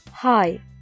hi